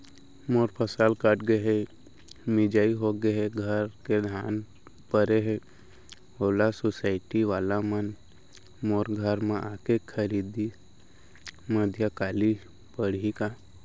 मोर फसल कट गे हे, मिंजाई हो गे हे, घर में धान परे हे, ओला सुसायटी वाला मन मोर घर म आके खरीद मध्यकालीन पड़ही का?